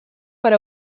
per